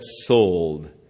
sold